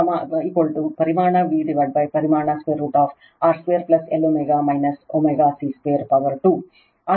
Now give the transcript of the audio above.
ಆದ್ದರಿಂದ ಪ್ರಸ್ತುತ I ಪರಿಮಾಣ V ಪರಿಮಾಣ √R2 Lω ω C2 ಪವರ್ 2